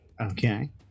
Okay